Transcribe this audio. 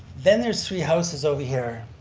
then there's three houses over here.